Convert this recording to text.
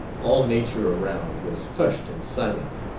all nature around was hushed in silence,